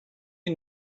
you